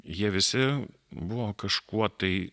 jie visi buvo kažkuo tai